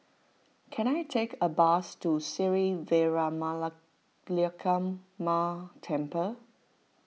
can I take a bus to Sri Veeramakaliamman Temple